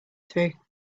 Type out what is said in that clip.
through